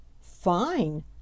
Fine